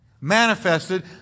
manifested